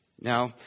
Now